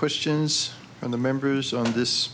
questions on the members on this